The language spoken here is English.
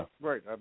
Right